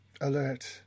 alert